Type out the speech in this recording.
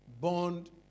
Bond